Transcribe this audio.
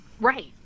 Right